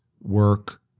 work